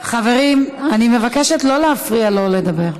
חברים, אני מבקשת לא להפריע לו לדבר.